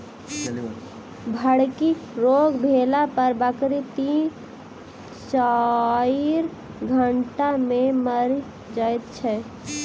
फड़की रोग भेला पर बकरी तीन चाइर घंटा मे मरि जाइत छै